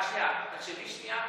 רק שנייה, תקשיבי שנייה.